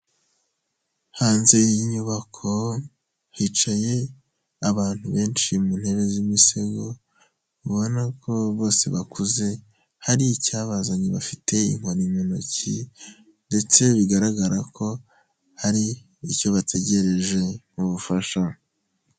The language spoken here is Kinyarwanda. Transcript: Hanze y'inyubako hicaye abantu benshi mu ntebe z'imisego, ubona ko bose bakuze hari icyabazanye, bafite inkoni mu ntoki ndetse bigaragara ko hari icyo bategereje mu bufasha.